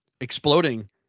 exploding